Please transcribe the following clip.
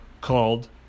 called